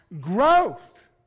growth